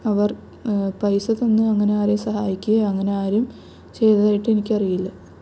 അവർ പൈസ തന്ന് അങ്ങനെ ആരേയും സഹായിക്കുകയും അങ്ങനെ ആരും ചെയ്തതായിട്ട് എനിക്കറിയില്ല